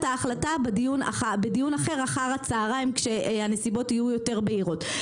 ההחלטה בדיון אחר אחרי הצוהריים כשהנסיבות יהיו יותר בהירות.